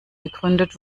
gegründet